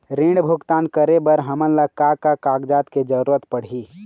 ऋण भुगतान करे बर हमन ला का का कागजात के जरूरत पड़ही?